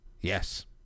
Yes